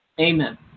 Amen